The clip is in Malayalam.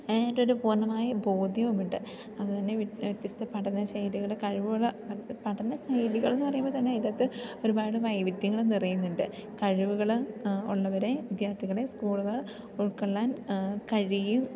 അതിനായിട്ടൊരു പൂർണ്ണമായ ബോധ്യവുമുണ്ട് അതു തന്നെ വ്യത്യസ്ത പഠന ശൈലികൾ കഴിവുകൾ പഠനശൈലികളെന്ന് പറയുമ്പോൾ തന്നെ അതിൻ്റകത്ത് ഒരുപാട് വൈവിധ്യങ്ങൾ നിറയുന്നുണ്ട് കഴിവുകൾ ഉള്ളവരെ വിദ്യാർത്ഥികളെ സ്കൂളുകൾ ഉൾക്കൊള്ളാൻ കഴിയും